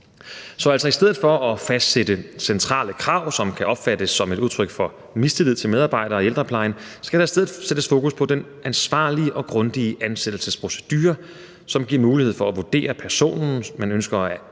i stedet for at fastsætte centrale krav, som kan opfattes som et udtryk for mistillid til medarbejdere i ældreplejen, skal der sættes fokus på den ansvarlige og grundige ansættelsesprocedure, som giver mulighed for at vurdere personen, som man ønsker at